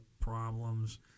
problems